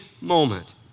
moment